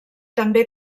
també